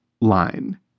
line